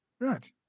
Right